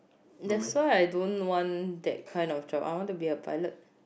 that's why I don't want that kind of job I want to be a pilot